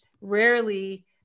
rarely